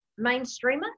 mainstreamer